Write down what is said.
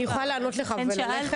אני יכולה לענות לך וללכת?